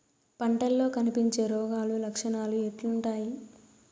పంటల్లో కనిపించే రోగాలు లక్షణాలు ఎట్లుంటాయి?